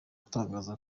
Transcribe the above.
atangaza